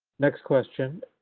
next question.